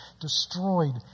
destroyed